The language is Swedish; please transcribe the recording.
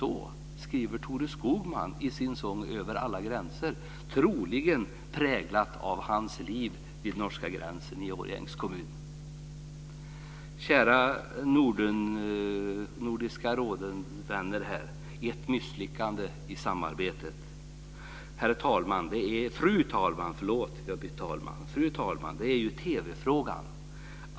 Så skriver Thore Skogman i sin sång Över alla gränser, troligen präglad av hans liv vid den norska gränsen i Årjängs kommun. Kära Nordiska rådet-vänner! Fru talman! Ett misslyckande i det nordiska samarbetet är TV-frågan.